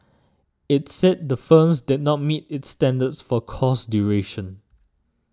it said the firms did not meet its standards for course duration